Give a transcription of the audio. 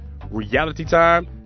RealityTime